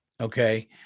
Okay